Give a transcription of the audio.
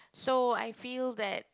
so I feel that